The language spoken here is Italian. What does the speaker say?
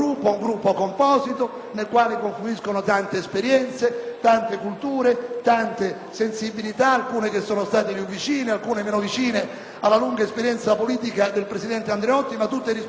nel quale confluiscono tante esperienze, tante culture, tante sensibilità, alcune più vicine, altre meno alla lunga esperienza politica del presidente Andreotti, ma tutte rispettose della sua persona